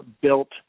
built